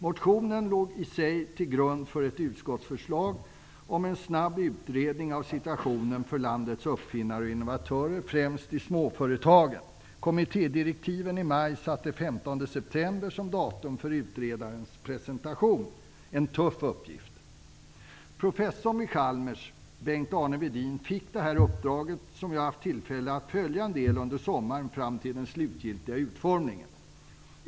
Motionen låg i sig till grund för ett utskottsförslag om en snabb utredning av situationen för landets uppfinnare och innovatörer, främst i småföretagen. Kommittédirektiven i maj satte den 15 september som datum för utredarens presentation. En tuff uppgift. Professor Bengt Arne Wedin vid Chalmers fick uppdraget, som jag har haft tillfälle att till en del följa under sommaren fram till den slutgiltiga utformningen.